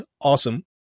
awesome